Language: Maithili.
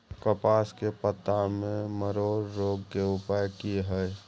कपास के पत्ता में मरोड़ रोग के उपाय की हय?